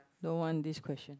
don't want this question